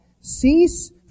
Cease